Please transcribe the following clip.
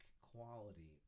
quality